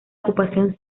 ocupación